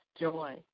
joy